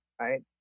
right